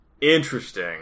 Interesting